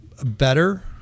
better